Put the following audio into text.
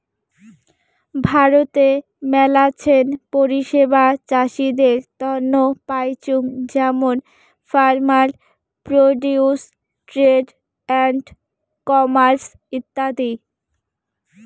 ভারতে মেলাছেন পরিষেবা চাষীদের তন্ন পাইচুঙ যেমন farmer produce trade and commerce ইত্যাদি